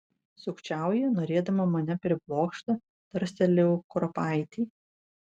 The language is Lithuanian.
sukčiauji norėdama mane priblokšti tarstelėjau kruopaitei